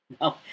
No